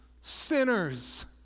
sinners